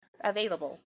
available